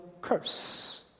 curse